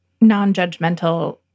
non-judgmental